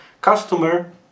customer